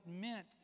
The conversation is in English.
meant